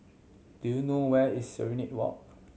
do you know where is Serenade Walk